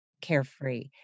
carefree